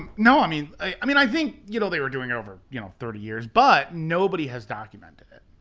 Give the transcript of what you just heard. no i mean, i mean i think you know they were doing it over you know thirty years. but, nobody has documented it.